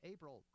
April